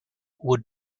would